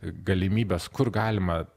galimybes kur galima